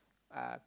uh